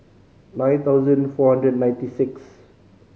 nine thousand four hundred ninety six